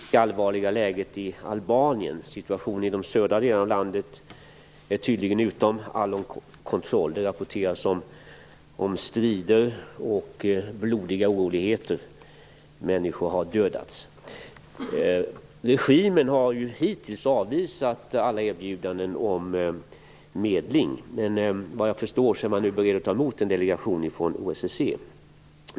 Fru talman! Jag vill ställa en fråga till Pierre Schori med anledning av det allvarliga läget i Albanien. Situationen i de södra delarna av landet är tydligen utom all kontroll. Det rapporteras om strider och blodiga oroligheter. Människor har dödats. Regimen har hittills avvisat alla erbjudanden om medling. Men vad jag förstår är man nu beredd att ta emot en delegation från OSSE.